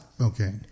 Okay